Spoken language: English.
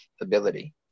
ability